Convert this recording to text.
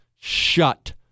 shut